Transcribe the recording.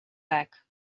back